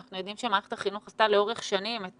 אנחנו יודעים שמערכת החינוך עשתה לאורך שנים את